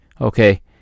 okay